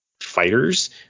fighters